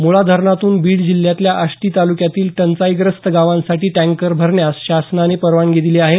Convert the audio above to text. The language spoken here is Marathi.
मुळा धरणातून बीड जिल्ह्यातल्या आष्टी तालुक्यातील टंचाईग्रस्त गावांसाठी टँकर भरण्यास शासनाने परवानगी दिली आहे